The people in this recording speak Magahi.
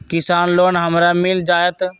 किसान लोन हमरा मिल जायत?